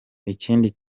ikindi